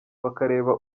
bakareba